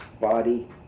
body